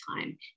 time